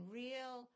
real